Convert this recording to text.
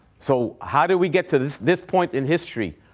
so how do we get to this this point in history?